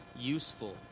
useful